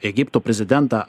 egipto prezidentą